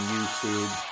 YouTube